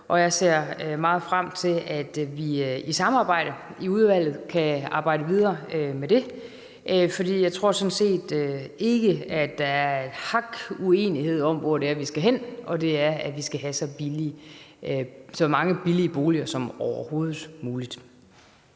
og jeg ser meget frem til, at vi i samarbejde i udvalget kan arbejde videre med det. For jeg tror sådan set ikke, der er et hak uenighed om, hvor det er, vi skal hen, og det er derhen, at vi skal have så mange billige boliger som overhovedet muligt.